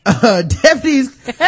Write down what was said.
Deputies